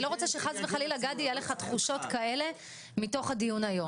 אני לא רוצה שיהיו לך תחושות כאלה מתוך הדיון היום.